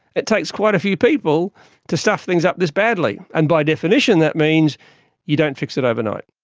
it takes quite a few people to stuff things up this badly and by definition that means you don't fix it overnight.